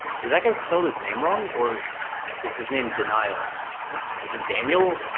did that guy spell his name wrong or is his name denial is it daniel